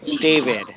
David